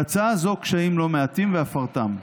בהצעה זו קשיים לא מעטים, ואפרטם: